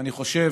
אני חושב